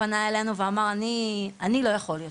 פנה אלינו ואמר: ״אני לא יכול יותר״.